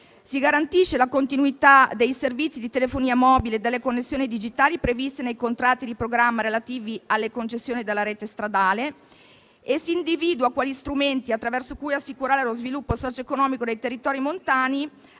si garantisce la continuità dei servizi di telefonia mobile e delle connessioni digitali previste nei contratti di programma relativi alle concessioni della rete stradale e si individua, quali strumenti attraverso cui assicurare lo sviluppo socioeconomico dei territori montani,